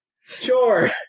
Sure